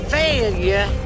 failure